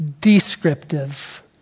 descriptive